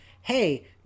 hey